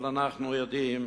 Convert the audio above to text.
אבל אנחנו יודעים